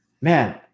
man